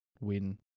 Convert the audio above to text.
win